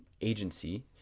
agency